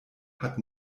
hat